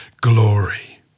glory